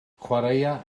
chwaraea